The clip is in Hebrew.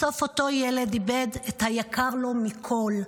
בסוף אותו ילד איבד את היקר לו מכול,